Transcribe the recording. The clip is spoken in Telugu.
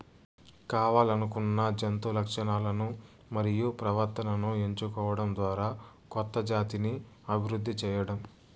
కావల్లనుకున్న జంతు లక్షణాలను మరియు ప్రవర్తనను ఎంచుకోవడం ద్వారా కొత్త జాతిని అభివృద్ది చేయడం